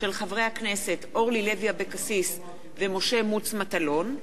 מאת חברי הכנסת אורלי לוי אבקסיס ומשה מטלון,